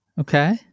Okay